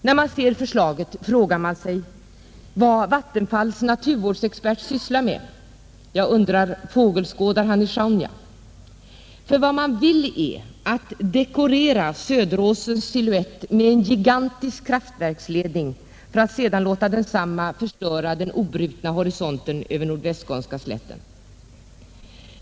När man ser förslaget frågar man sig vad Vattenfalls naturvårdsexpert sysslar med. Fågelskådar han i Sjaunja? Vad man vill är att ”dekorera” Söderåsens siluett med en gigantisk kraftverksledning för att sedan låta densamma förstöra den obrutna horisonten över nordvästskånska slätten. nordvästskånska slätten.